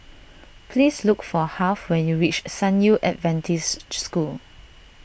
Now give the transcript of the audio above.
please look for Harve when you reach San Yu Adventist School